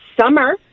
summer